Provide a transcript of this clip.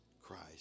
Christ